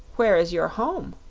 where is your home?